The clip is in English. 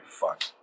Fuck